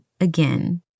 again